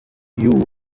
you